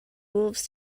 wolves